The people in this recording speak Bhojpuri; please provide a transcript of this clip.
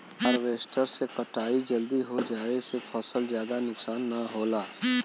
हारवेस्टर से कटाई जल्दी हो जाये से फसल के जादा नुकसान न होला